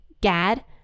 Gad